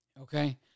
Okay